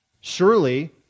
Surely